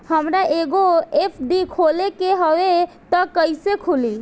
हमरा एगो एफ.डी खोले के हवे त कैसे खुली?